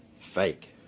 fake